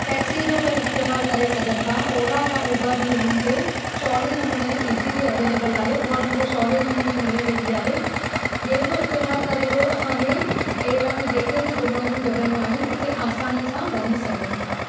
टैक्सीअ जो पिणि इस्तेमालु करे सघनि था ओला या उबर बि उन्हनि खे सवले नमूने इज़िली अवेलेबल आहे उआ हुननि खे सवले नमूने मिली वेंदी आहे जंहिं जो इस्तेमालु करे उहो असांजे अहिड़ा बि जेके बि घुमण जूं जॻहयूं आहिनि उते आसानीअ सां वञी सघनि था